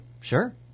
Sure